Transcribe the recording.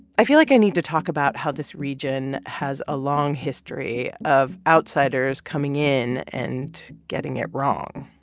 i feel like i need to talk about how this region has a long history of outsiders coming in and getting it wrong